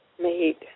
made